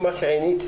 מה זה אם?